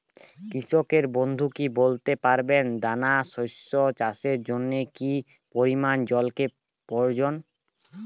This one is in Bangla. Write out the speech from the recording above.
কৃষক বন্ধু কি বলতে পারবেন দানা শস্য চাষের জন্য কি পরিমান জলের প্রয়োজন?